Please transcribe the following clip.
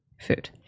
food